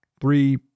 three